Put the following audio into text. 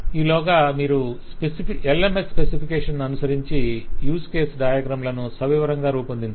ఈలోగా మీరు LMS specification ను అనుసరించి యూస్ కేసు డయాగ్రం లను సవివరంగా రూపొందించండి